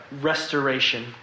restoration